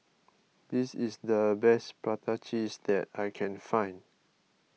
this is the best Prata Cheese that I can find